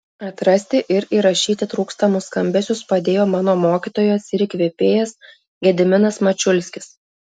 atrasti ir įrašyti trūkstamus skambesius padėjo mano mokytojas ir įkvėpėjas gediminas mačiulskis